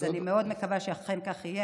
אז אני מאוד מקווה שאכן כך יהיה.